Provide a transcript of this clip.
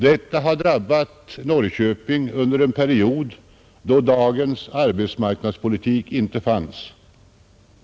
Detta har drabbat Norrköping under en period, då dagens arbetsmarknadspolitik inte fanns.